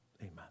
Amen